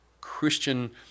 Christian